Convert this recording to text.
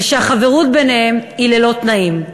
ושהחברות ביניהם היא ללא תנאים.